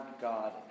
God